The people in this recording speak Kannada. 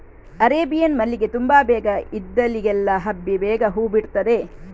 ಅರೇಬಿಯನ್ ಮಲ್ಲಿಗೆ ತುಂಬಾ ಬೇಗ ಇದ್ದಲ್ಲಿಗೆಲ್ಲ ಹಬ್ಬಿ ಬೇಗ ಹೂ ಬಿಡ್ತದೆ